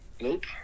Nope